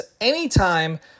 anytime